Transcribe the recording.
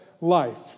life